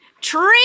Tree